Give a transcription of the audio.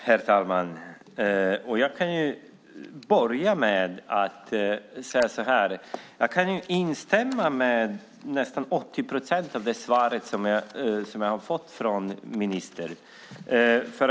Herr talman! Jag kan instämma i nästan 80 procent av det svar som jag har fått från ministern.